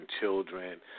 children